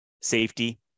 safety